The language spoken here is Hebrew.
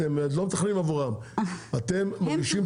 אתם לא מתכננים עבורם, אתם מגישים